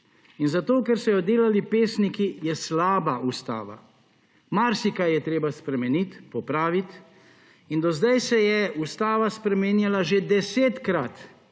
in zato, ker so jo delali pesniki, je slaba ustava. Marsikaj je treba spremeniti, popraviti in do zdaj se je ustava spreminjala že desetkrat,